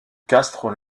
castres